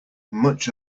much